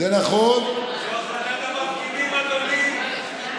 זה נכון, זו החלטת המפגינים, אדוני.